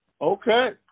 Okay